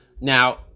Now